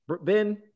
Ben